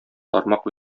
тармак